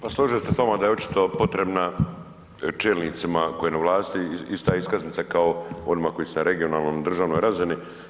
Pa složio bih se s vama da je očito potrebna čelnicima koje na vlasti ista iskaznica kao onima koji su na regionalnoj i državnoj razini.